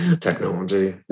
technology